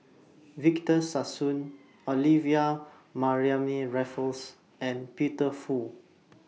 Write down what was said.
Victor Sassoon Olivia Mariamne Raffles and Peter Fu